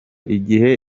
igihe